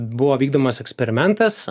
buvo vykdomas eksperimentas